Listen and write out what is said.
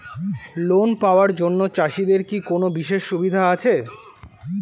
Loan পাওয়ার জন্য চাষিদের কি কোনো বিশেষ সুবিধা আছে?